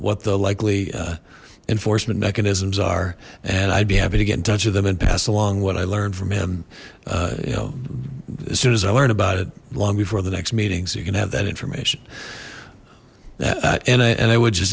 what the likely enforcement mechanisms are and i'd be happy to get in touch with them and pass along what i learned from him you know as soon as i learned about it long before the next meeting so you can have that information and i and i would just